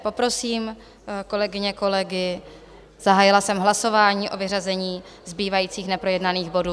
Poprosím kolegyně a kolegy, zahájila jsem hlasování o vyřazení zbývajících neprojednaných bodů.